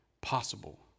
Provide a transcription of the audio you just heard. possible